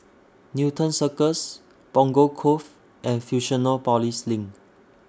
Newton Circus Punggol Cove and Fusionopolis LINK